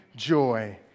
Joy